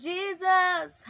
Jesus